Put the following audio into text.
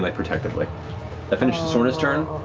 like protectively. that finished soorna's turn.